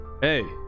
Hey